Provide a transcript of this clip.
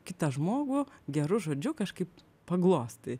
kitą žmogų geru žodžiu kažkaip paglostai